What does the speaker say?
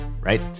Right